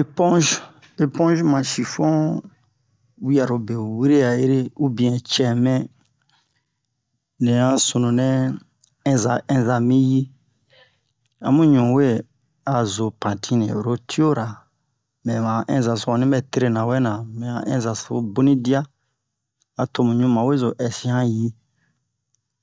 Eponz eponzi ma shifon wi'aro be wure a ere ubiɛn cɛmen ni a sunu nɛ inza-inza mi yi a mu ɲu we a zo pantine oro ti'o ra mɛ han inza so onni bɛ terena wɛ na mɛ han inza so boni dia a to mu ɲu mawe zo ɛsi han yi